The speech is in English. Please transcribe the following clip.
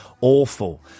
Awful